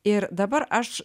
ir dabar aš